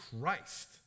Christ